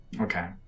Okay